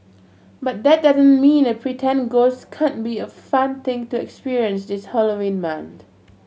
but that doesn't mean a pretend ghost can't be a fun thing to experience this Halloween month